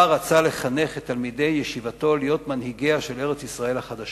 בה רצה לחנך את תלמידי ישיבתו להיות מנהיגיה של ארץ-ישראל החדשה.